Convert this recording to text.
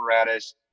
apparatus